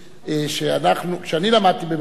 שכשאני למדתי בבית-ספר,